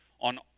on